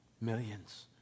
Millions